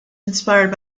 inspired